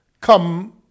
come